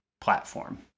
platform